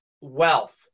wealth